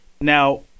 Now